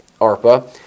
ARPA